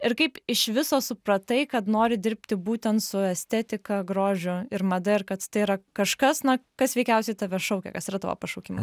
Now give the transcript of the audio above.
ir kaip iš viso supratai kad nori dirbti būtent su estetika grožiu ir mada ir kad tai yra kažkas na kas veikiausiai tave šaukia kas yra tavo pašaukimas